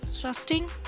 trusting